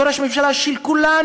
שהוא ראש הממשלה של כולנו,